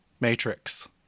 Matrix